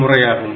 முறையாகும்